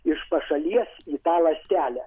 iš pašalies į tą lastelę